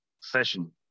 session